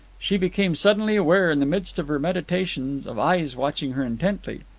she became suddenly aware, in the midst of her meditations, of eyes watching her intently.